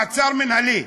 מעצר מינהלי: